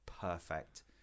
perfect